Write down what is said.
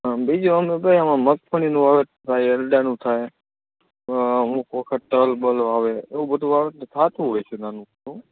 બીજું આમાં કંઈ મગફળીનું વાવેતર થાય એરંડાનું થાય અમુક વખત તલ બલ આવે એવું બધું વાવેતર થતું હોય છે નાનું મોટું